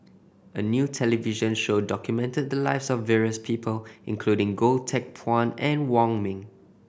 a new television show documented the lives of various people including Goh Teck Phuan and Wong Ming